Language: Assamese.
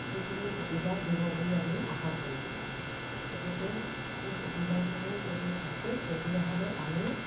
সেইখিনি সুবিধা দিব বুলি আমি আশা কৰিছো গতিকে সেই সুবিধাখিনি যদি আছে তেতিয়াহ'লে আমি